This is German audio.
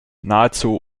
nahezu